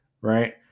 right